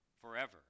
forever